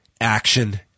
Action